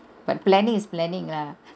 but planning is planning lah